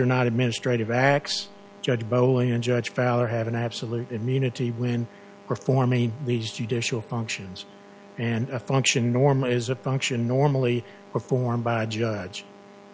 are not administrative acts judge bowen and judge fowler have an absolute immunity when performing at least judicial functions and a function normally is a function normally performed by a judge